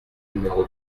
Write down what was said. numéro